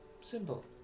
Simple